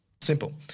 Simple